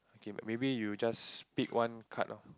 okay maybe you just pick one card loh